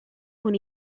con